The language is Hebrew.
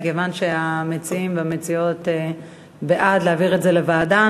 מכיוון שהמציעים והמציעות בעד העברה לוועדה,